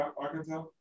Arkansas